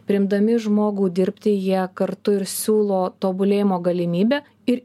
priimdami žmogų dirbti jie kartu ir siūlo tobulėjimo galimybę ir